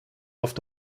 oft